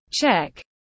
Check